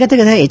ಗದಗದ H